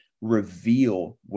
reveal